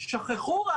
רק שכחו,